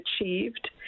achieved